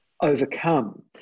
overcome